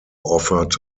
offered